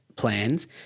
plans